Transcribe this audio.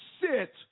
sit